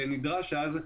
ונדרש אז,